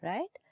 Right